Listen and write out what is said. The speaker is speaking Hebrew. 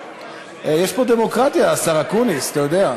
יש פה דמוקרטיה, השר אקוניס, אתה יודע.